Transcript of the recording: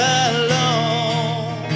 alone